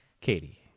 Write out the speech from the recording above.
Katie